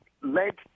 led